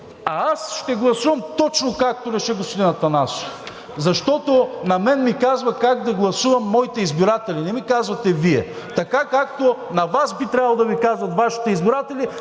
аз ще гласувам точно както реша, господин Атанасов. Защото на мен ми казват как да гласувам моите избиратели, не ми казвате Вие. Така, както на Вас би трябвало да Ви казват Вашите избиратели,